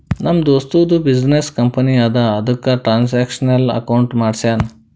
ನಮ್ ದೋಸ್ತದು business company ಅದಾ ಅದುಕ್ಕ ಟ್ರಾನ್ಸ್ಅಕ್ಷನಲ್ ಅಕೌಂಟ್ ಮಾಡ್ಸ್ಯಾನ್